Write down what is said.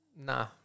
Nah